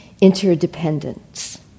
interdependence